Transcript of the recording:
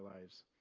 lives